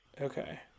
Okay